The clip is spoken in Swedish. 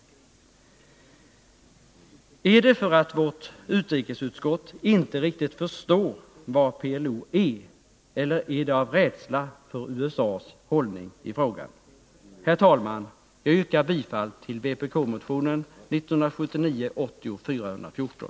Är anledningen till ställningstagandet att vårt utrikesutskott inte riktigt förstår vad PLO är eller är skälet rädsla för USA:s hållning i frågan? Herr talman! Jag yrkar bifall till vpk-motionen 1979/80:414.